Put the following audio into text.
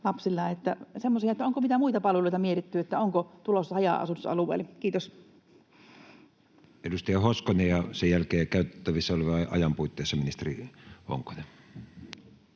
onko mitään muita palveluita tulossa haja-asutusalueille? — Kiitos. Edustaja Hoskonen, ja sen jälkeen käytettävissä olevan ajan puitteissa ministeri Honkonen.